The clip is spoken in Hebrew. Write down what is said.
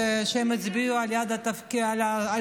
כשהם הצביעו על התקציב,